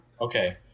okay